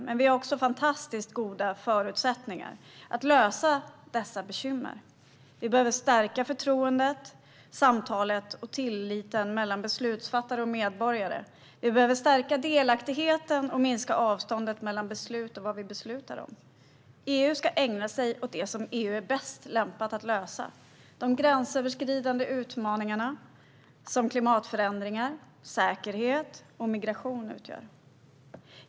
Men vi har också fantastiskt goda förutsättningar för att lösa dessa bekymmer. Vi behöver stärka förtroendet, samtalet och tilliten mellan beslutsfattare och medborgare. Vi behöver stärka delaktigheten och minska avståndet mellan beslut och vad vi beslutar om. EU ska ägna sig åt det som EU är bäst lämpat att lösa: de gränsöverskridande utmaningarna som klimatförändringar, säkerhet och migration utgör.